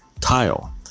Tile